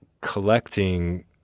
collecting